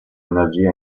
energia